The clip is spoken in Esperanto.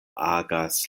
agas